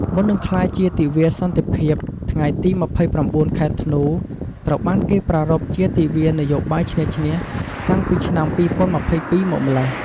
មុននឹងក្លាយជា ទិវាសន្តិភាព ថ្ងៃទី ២៩ ខែធ្នូ ត្រូវបានគេប្រារព្ធជា ទិវានយោបាយឈ្នះ-ឈ្នះ តាំងពីឆ្នាំ ២០២២ មកម្ល៉េះ។